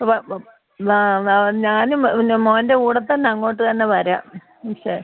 ഞാനും പിന്നെ മോൻ്റെ കൂടെത്തന്നെ അങ്ങോട്ട് തന്നെ വരാം മിസ്സ്